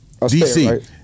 DC